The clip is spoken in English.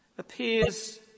appears